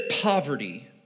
poverty